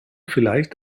vielleicht